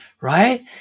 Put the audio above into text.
right